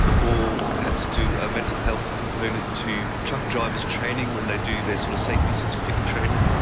or perhaps do a mental health component to truck drivers training when they do their sort of safety certificate training.